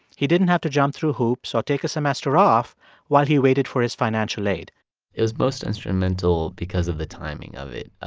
he didn't have to jump through hoops or take a semester off while he waited for his financial aid it was most instrumental because of the timing of it.